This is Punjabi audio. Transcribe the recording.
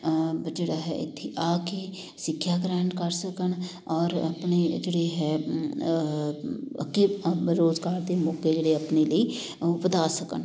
ਜਿਹੜਾ ਹੈ ਇੱਥੇ ਆ ਕੇ ਸਿੱਖਿਆ ਗ੍ਰਹਿਣ ਕਰ ਸਕਣ ਔਰ ਆਪਣੇ ਜਿਹੜੇ ਹੈ ਅੱਗੇਅ ਰੁਜ਼ਗਾਰ ਦੇ ਮੌਕੇ ਜਿਹੜੇ ਆਪਣੇ ਲਈ ਉਹ ਵਧਾ ਸਕਣ